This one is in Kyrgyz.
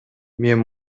мен